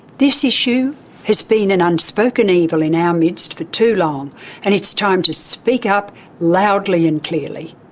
this issue has been an unspoken evil in our midst for too long and it's time to speak up loudly and clearly.